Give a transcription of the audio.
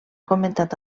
comentat